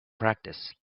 practice